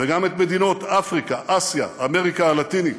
וגם את מדינות אפריקה, אסיה, אמריקה הלטינית.